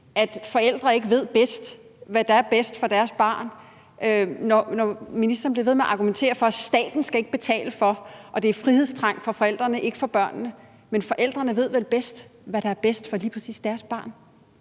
at forældre ikke ved, hvad der er bedst for deres barn? For ministeren bliver ved med at argumentere for, at staten ikke skal betale forældrene for at passe deres børn, og at det er frihedstrang hos forældrene og ikke hos børnene. Men forældrene ved vel bedst, hvad der er bedst for lige præcis deres barn?